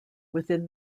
within